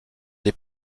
des